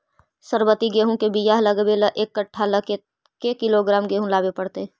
सरबति गेहूँ के बियाह लगबे ल एक कट्ठा ल के किलोग्राम गेहूं लेबे पड़तै?